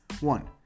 One